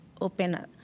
open